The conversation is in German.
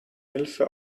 hilfe